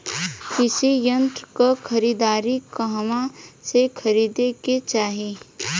कृषि यंत्र क खरीदारी कहवा से खरीदे के चाही?